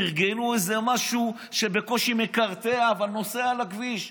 ארגנו איזה משהו שבקושי מקרטע אבל נוסע על הכביש,